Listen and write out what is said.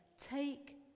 Take